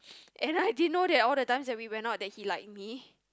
and I didn't know that all the times that we went out that he liked me